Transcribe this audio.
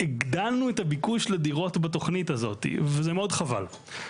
הגדלנו את הביקוש לדירות בתכנית הזאת וזה מאוד חבל.